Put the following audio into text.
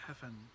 heaven